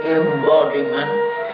embodiment